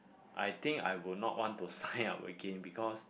I think I would not want to sign up again because